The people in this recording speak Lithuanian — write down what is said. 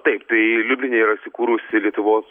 taip tai liubline yra įsikūrusi lietuvos